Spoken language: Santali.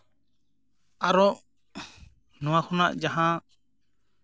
ᱟᱨᱚ ᱱᱚᱣᱟ ᱠᱷᱚᱱᱟᱜ ᱡᱟᱦᱟᱸ